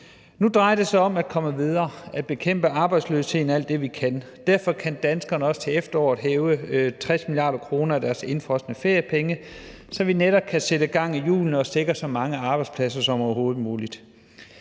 Nu drejer det sig om at komme videre og bekæmpe arbejdsløsheden alt det, vi kan. Derfor kan danskerne også til efteråret hæve 60 mia. kr. af deres indefrosne feriepenge, så vi netop kan sætte gang i hjulene og sikre så mange arbejdspladser som overhovedet muligt.